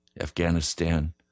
Afghanistan